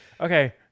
Okay